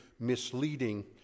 misleading